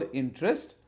interest